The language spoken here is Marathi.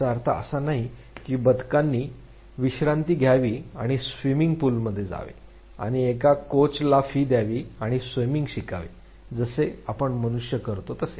याचा अर्थ असा नाही कि बदकाने विश्रांती घ्यावी आणि स्विमिंग पूलमध्ये जावे आणि एका कोच ला फी द्यावी आणि स्वीम्मिंग शिकावे जसे आपण मनुष्य करतो तसे